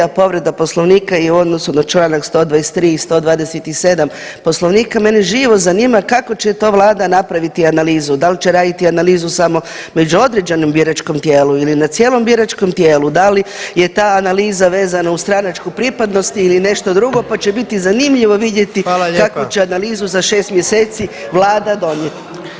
A povreda poslovnika je u odnosu na čl. 123. i 127. poslovnika, mene živo zanima kako će to vlada napraviti analizu, dal će napraviti analizu samo među određenom biračkom tijelu ili na cijelom biračkom tijelu, da li je ta analiza vezana uz stranačku pripadnost ili nešto drugo pa će biti zanimljivo vidjeti [[Upadica predsjednik: Hvala lijepa.]] kakvu će analizu za šest mjeseci vlada donijeti.